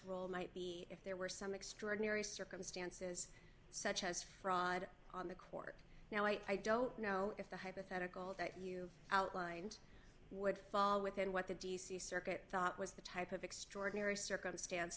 role might be if there were some extraordinary circumstances such as fraud on the court now i don't know if the hypothetical that you outlined would fall within what the d c circuit thought was the type of extraordinary circumstance